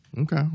Okay